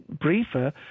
briefer